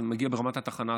זה מגיע ברמת התחנה,